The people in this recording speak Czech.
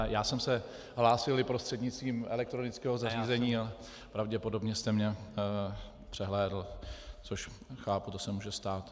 Já jsem se hlásil i prostřednictvím elektronického zařízení, ale pravděpodobně jste mě přehlédl, což chápu, to se může stát.